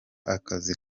akazi